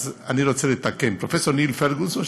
אז אני רוצה לתקן: פרופסור ניל פרגוסון,